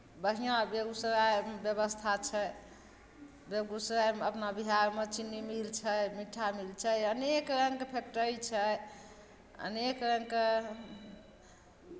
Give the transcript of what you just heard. बढ़िआँ बेगूसरायमे व्यवस्था छै बेगूसरायमे अपना बिहारमे चीनी मिल छै मीठा मिल छै अनेक रङ्गके फैकटरी छै अनेक रङ्गके